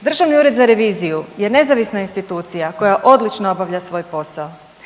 Državni ured za reviziju je nezavisna institucija koja odlično obavlja svoj posao.